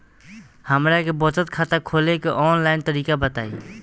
हमरा के बचत खाता खोले के आन लाइन तरीका बताईं?